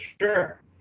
Sure